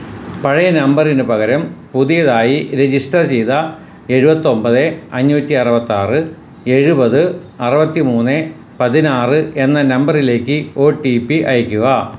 പഴയ നമ്പറിന് പകരം പുതിയതായി രജിസ്റ്റർ ചെയ്ത എഴുവത്തൊമ്പത് അഞ്ഞൂറ്റി അറുപത്താറ് എഴുപത് അറുപത്തി മൂന്ന് പതിനാറ് എന്ന നമ്പറിലേക്ക് ഓ ട്ടീ പ്പി അയയ്ക്കുക